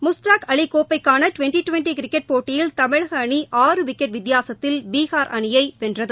Mushtaq Ali கோப்பக்கான twenty twenty cricket போட்டியில் தமிழக அணி ஆறு விக்கெட் வித்தியாசத்தில் பீகார் அணியை வென்றது